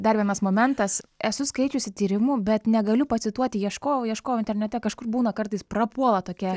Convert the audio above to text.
dar vienas momentas esu skaičiusi tyrimų bet negaliu pacituoti ieškojau ieškojau internete kažkur būna kartais prapuola tokie